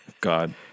God